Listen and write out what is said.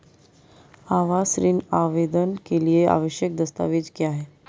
आवास ऋण आवेदन के लिए आवश्यक दस्तावेज़ क्या हैं?